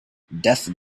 death